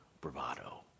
bravado